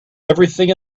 everything